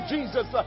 Jesus